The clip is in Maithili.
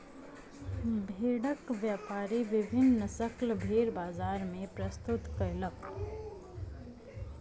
भेड़क व्यापारी विभिन्न नस्लक भेड़ बजार मे प्रस्तुत कयलक